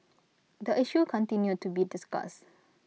the issue continued to be discussed